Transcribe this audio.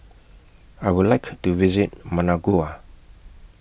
I Would like to visit Managua